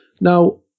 Now